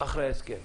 מאחרי ההסכם.